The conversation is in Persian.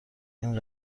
این